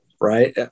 right